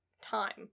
time